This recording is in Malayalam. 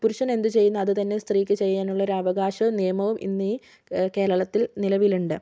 പുരുഷൻ എന്ത് ചെയ്യുന്നു അത് തന്നെ സ്ത്രീക്ക് ചെയ്യാൻ ഉള്ള അവകാശവും നിയമവും ഇന്ന് ഈ കേരളത്തിൽ നിലവിലുണ്ട്